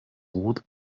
roth